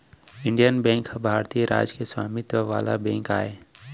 Indian Bank ह भारतीय राज के स्वामित्व वाला बेंक आय